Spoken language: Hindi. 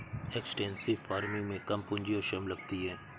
एक्सटेंसिव फार्मिंग में कम पूंजी और श्रम लगती है